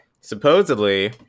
supposedly